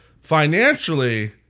financially